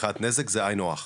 מבחינת נזק זה הינוח?